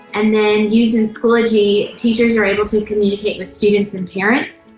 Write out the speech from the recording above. and then using schoology, teachers are able to communicate with students and parents,